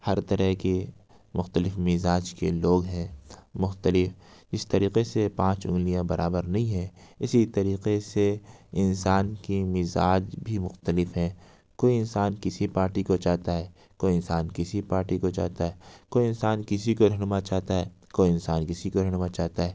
ہر طرح کے مختلف مزاج کے لوگ ہیں مختلف اس طریقے سے پانچ انگلیاں برابر نہیں ہیں اسی طریقے سے انسان کی مزاج بھی مختلف ہیں کوئی انسان کسی پارٹی کو چاہتا ہے کوئی انسان کسی پارٹی کو چاہتا ہے کوئی انسان کسی کو رہنما چاہتا ہے کوئی انسان کسی کو رہنما چاہتا ہے